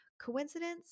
Coincidence